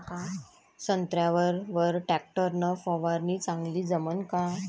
संत्र्यावर वर टॅक्टर न फवारनी चांगली जमन का?